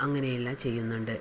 അങ്ങനെയെല്ലാം ചെയ്യുന്നുണ്ട്